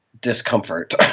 discomfort